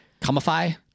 Comify